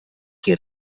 qui